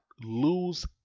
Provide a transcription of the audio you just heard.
lose